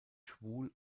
schwul